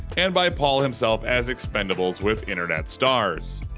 and by paul himself as expendables with internet stars.